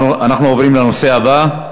אנחנו עוברים לנושא הבא,